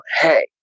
hey